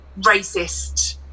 racist